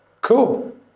Cool